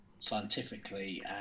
Scientifically